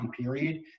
period